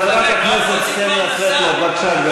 חברת הכנסת סבטלובה, בבקשה, גברתי.